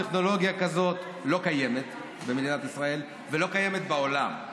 טכנולוגיה כזאת לא קיימת במדינת ישראל ולא קיימת בעולם.